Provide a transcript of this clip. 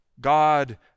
God